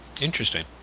Interesting